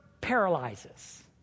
paralyzes